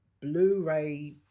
Blu-ray